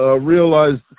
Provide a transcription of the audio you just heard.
Realized